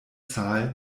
zahl